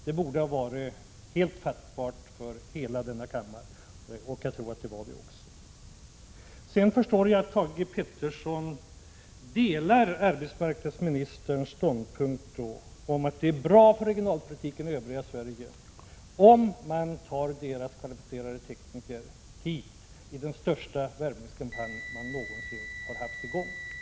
Det borde ha varit helt fattbart för hela denna kammare, och jag tror att det också var det. Jag förstår nu att Thage G. Peterson delar arbetsmarknadsministerns ståndpunkt att det är bra för regionalpolitiken i övriga Sverige om man tar dess kvalificerade tekniker hit, med den största värvningskampanj man någonsin har haft i gång.